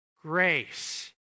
grace